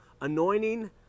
anointing